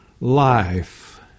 life